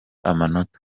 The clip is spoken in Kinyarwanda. amanota